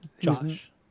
Josh